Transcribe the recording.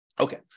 Okay